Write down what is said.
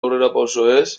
aurrerapausoez